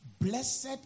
Blessed